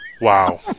Wow